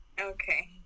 okay